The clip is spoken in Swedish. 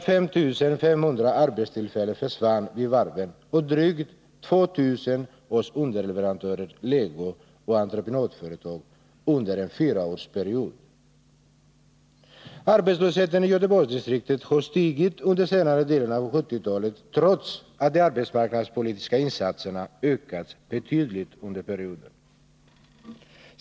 Ca 5 500 arbetstillfällen försvann vid varven och drygt 2 000 hos underleverantörer, legooch entreprenadföretag under en fyraårsperiod. Arbetslösheten i Göteborgsdistriktet har stigit under senare delen av 1970-talet trots att de arbetsmarknadspolitiska insatserna ökat betydligt under perioden.